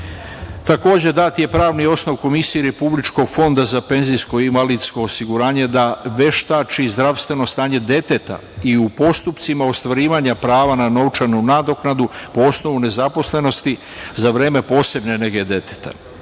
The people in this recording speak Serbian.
dat je pravni osnov Komisiji Republičkog fonda za penzijsko i invalidsko osiguranje da veštači zdravstveno stanje deteta i u postupcima ostvarivanja prava na novčanu nadoknadu po osnovu nezaposlenosti za vreme posebne nege deteta.